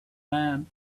man